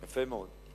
יפה מאוד.